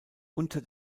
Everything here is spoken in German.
unter